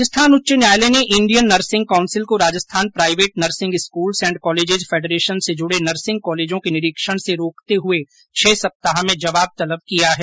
राजस्थान उच्च न्यायालय ने इंडियन नर्सिंग कौंसिल को Rajasthan private nursing schools and colleges federation से जुड़े नर्सिंग कॉलेजों के निरीक्षण से रोकते हुए छह सप्ताह में जवाब तलब किया है